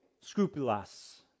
Scrupulous